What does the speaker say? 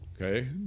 Okay